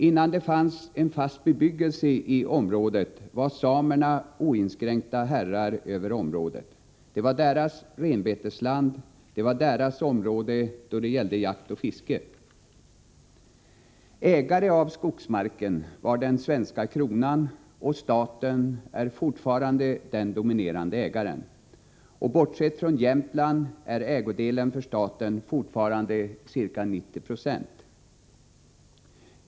Innan det fanns en fast bebyggelse i området var samerna oinskränkta herrar över detsamma. Det var deras renbetesland, och det var deras område då det gällde jakt och fiske. Ägare av skogsmarken var den svenska kronan, och staten är än i dag den dominerande ägaren. Bortsett från Jämtland är ägoandelen för staten fortfarande ca 90 96.